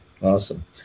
Awesome